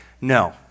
no